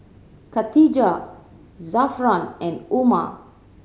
Khatijah Zafran and Umar